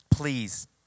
please